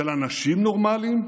של אנשים נורמליים,